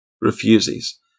refuses